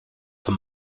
for